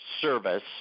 service